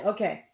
Okay